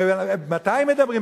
ומתי מדברים?